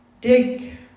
dig